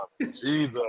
Jesus